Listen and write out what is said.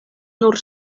nur